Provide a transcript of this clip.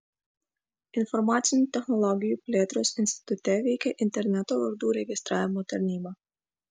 informacinių technologijų plėtros institute veikia interneto vardų registravimo tarnyba